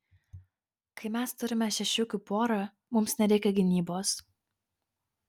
kai mes turime šešiukių porą mums nereikia gynybos